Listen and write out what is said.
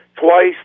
twice